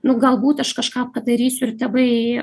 nu galbūt aš kažką padarysiu ir tėvai